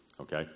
okay